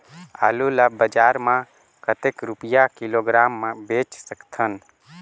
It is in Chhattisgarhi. आलू ला बजार मां कतेक रुपिया किलोग्राम म बेच सकथन?